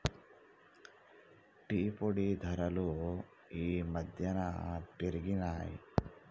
tea పొడి ధరలు ఈ మధ్యన పెరిగినయ్